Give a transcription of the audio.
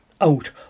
out